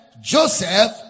Joseph